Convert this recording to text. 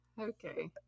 Okay